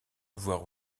voir